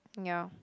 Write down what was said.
ya